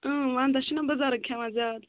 ونٛدس چھِنَہ بٕزرگ کھیٚوان زیادٕ